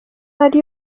ari